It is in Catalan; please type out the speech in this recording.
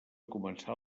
començar